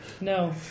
No